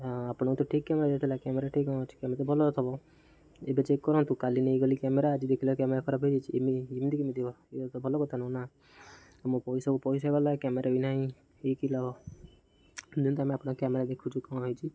ଆପଣଙ୍କୁ ତ ଠିକ୍ କ୍ୟାମେରା ଦିଆହେଇଥିଲା କ୍ୟାମେରା ଠିକ୍ କ'ଣ ଅଛି କେମିତି ଭଲ ଥବ ଏବେ ଚେକ୍ କରନ୍ତୁ କାଲି ନେଇଗଲି କ୍ୟାମେରା ଆଜି ଦେଖିଲା କ୍ୟାମେରା ଖରାପ ହେଇଯାଇଛି ଏମି ଏମିତି କେମିତି ହେବ ଏଇ ତ ଭଲ କଥା ନୁହଁ ନା ଆମ ପଇସା ପଇସା ଗଲା କ୍ୟାମେରା ବି ନାହିଁ ଏ କିି ଲାଭ ନିଅନ୍ତୁ ଆମେ ଆପଣଙ୍କ କ୍ୟାମେରା ଦେଖୁଛୁ କ'ଣ ହେଇଛି